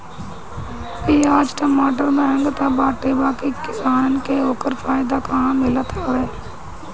पियाज टमाटर महंग तअ बाटे बाकी किसानन के ओकर फायदा कहां मिलत हवे